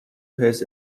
his